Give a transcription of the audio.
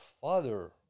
father